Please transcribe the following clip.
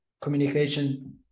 communication